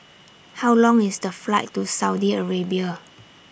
How Long IS The Flight to Saudi Arabia